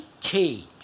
change